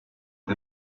est